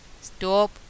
Stop